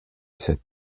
cette